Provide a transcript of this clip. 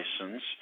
license